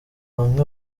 bamwe